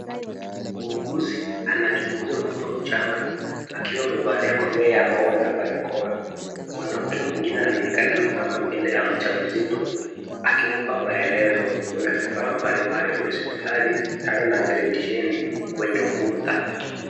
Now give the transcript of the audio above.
muhuguzi anachunguza mtoto mchanga akiwa amevalia kofia ya maua na barakoa, mwanamke mwingine anaonekana amesimama mbele ya mama mjamzito akimpa maelezo, kuna vifaa mbalimbali vya hospitali vitanda na televisheni kwenye ukuta.